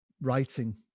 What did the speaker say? writing